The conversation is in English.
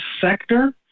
sector